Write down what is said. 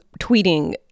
tweeting